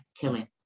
killing